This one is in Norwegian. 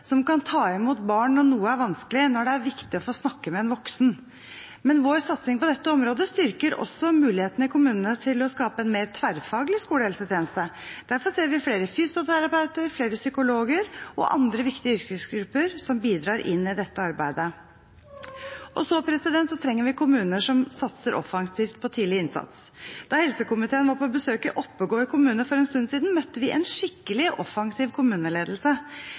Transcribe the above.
som kan ta imot barn når noe er vanskelig, når det er viktig å få snakke med en voksen. Men vår satsing på dette området styrker også mulighetene i kommunene til å skape en mer tverrfaglig skolehelsetjeneste. Derfor ser vi flere fysioterapeuter, flere psykologer og andre viktige yrkesgrupper som bidrar i dette arbeidet. Vi trenger kommuner som satser offensivt på tidlig innsats. Da helsekomiteen var på besøk i Oppegård kommune for en stund siden, møtte vi en skikkelig offensiv kommuneledelse.